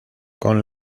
con